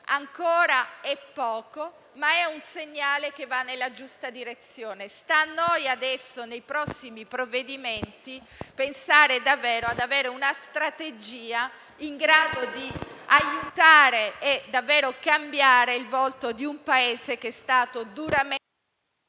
ancora poco, ma è un segnale che va nella giusta direzione. Sta a noi adesso, nei prossimi provvedimenti, pensare davvero ad avere una strategia in grado di aiutare e cambiare il volto di un Paese che è stato duramente